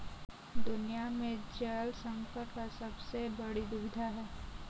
दुनिया में जल संकट का सबसे बड़ी दुविधा है